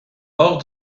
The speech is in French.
hors